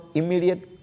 immediate